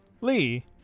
lee